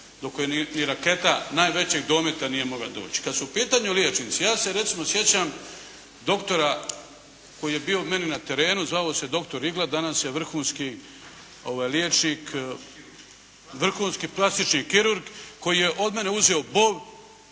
nije ni raketa najvećeg dometa nije mogla doći. Kada su u pitanju liječnici, ja se recimo sjećam dr. koji je bio meni na terenu zvao se dr. …/Govornik se ne razumije./.. danas je vrhunski liječnik, vrhunski plastični kirurg koji je od mene uzeo